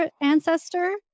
ancestor